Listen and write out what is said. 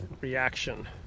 reaction